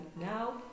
now